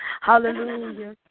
Hallelujah